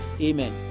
Amen